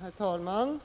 Herr talman!